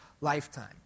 lifetime